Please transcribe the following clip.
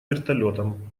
вертолётом